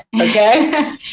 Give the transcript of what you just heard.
Okay